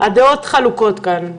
הדעות חלוקות כאן,